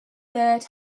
third